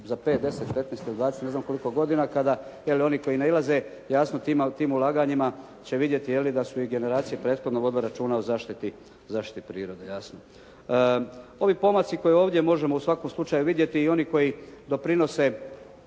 za 5, 10, 15 ili 20, ne znam koliko godina kada … /Govornik se ne razumije./ … nailaze jasno tim ulaganjima će vidjeti je li da su i generacije prethodno vodile računa o zaštiti prirode jasno. Ovi pomaci koje ovdje možemo u svakom slučaju vidjeti i oni koji doprinose